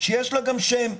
שיש לה גם שם.